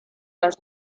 las